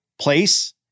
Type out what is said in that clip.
place